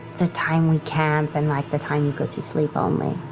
the time we camp and like the time we go to sleep only.